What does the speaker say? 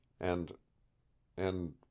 and—and—